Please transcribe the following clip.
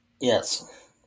Yes